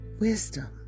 wisdom